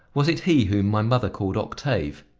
was it he whom my mother called octave?